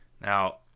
Now